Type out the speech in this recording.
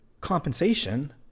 compensation